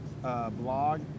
blog